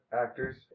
actors